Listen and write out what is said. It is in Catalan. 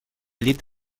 llit